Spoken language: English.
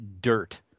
dirt